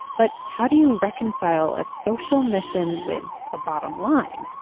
but how do you reconcile a social mission with a bottom line?